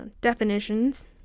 definitions